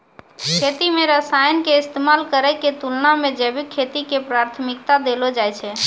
खेती मे रसायन के इस्तेमाल करै के तुलना मे जैविक खेती के प्राथमिकता देलो जाय छै